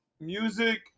Music